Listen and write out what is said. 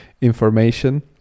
information